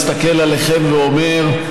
מסתכל עליכם ואומר: